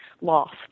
lost